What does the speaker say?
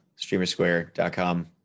streamersquare.com